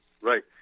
right